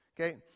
Okay